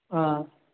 ಹಾಂ